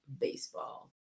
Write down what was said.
Baseball